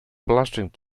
belasting